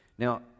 Now